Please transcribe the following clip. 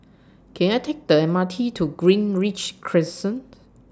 Can I Take The M R T to Greenridge Crescent